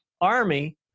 army